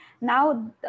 Now